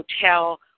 hotel